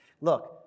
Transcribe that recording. look